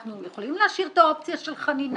אנחנו יכולים להשאיר את האופציה של חנינה,